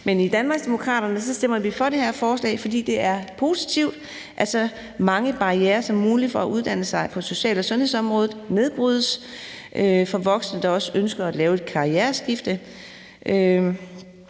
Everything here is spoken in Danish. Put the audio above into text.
I Danmarksdemokraterne stemmer vi for det her forslag, for det er positivt, at så mange barrierer som muligt for at uddanne sig på social- og sundhedsområdet nedbrydes for voksne, der ønsker at lave et karriereskifte.